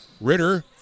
Ritter